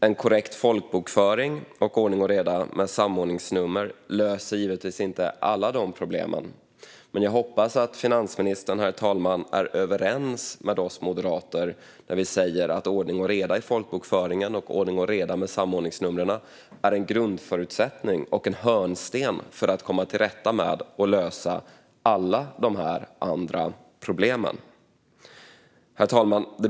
En korrekt folkbokföring och ordning och reda med samordningsnummer löser givetvis inte alla problem, men jag hoppas att finansministern är överens med oss moderater när vi säger att ordning och reda i folkbokföringen och ordning och reda med samordningsnumren är en grundförutsättning och en hörnsten för att komma till rätta med och lösa alla andra problem. Herr talman!